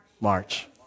March